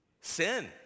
Sin